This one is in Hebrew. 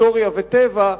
היסטוריה וטבע,